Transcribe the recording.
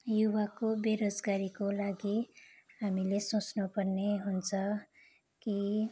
युवाको बेरोजगारीको लागि हामीले सोच्नुपर्ने हुन्छ कि